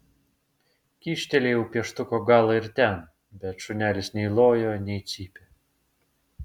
kyštelėjau pieštuko galą ir ten bet šunelis nei lojo nei cypė